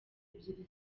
ebyiri